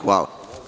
Hvala.